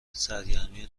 سرگرمی